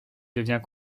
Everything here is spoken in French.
devient